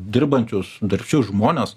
dirbančius darbščius žmones